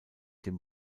dem